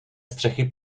střechy